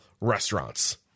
restaurants